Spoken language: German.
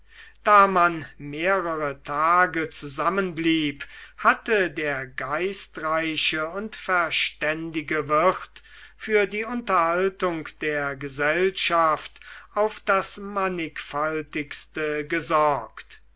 da man mehrere tage zusammenblieb hatte der geistreiche und verständige wirt für die unterhaltung der gesellschaft auf das mannigfaltigste gesorgt